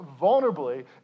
vulnerably